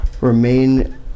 remain